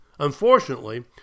Unfortunately